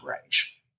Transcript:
range